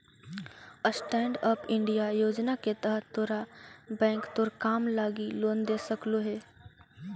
stand up India योजना के तहत तोरा बैंक तोर काम लागी लोन दे सकलो हे